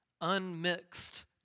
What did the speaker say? unmixed